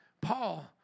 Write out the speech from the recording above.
Paul